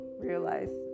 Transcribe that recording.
realize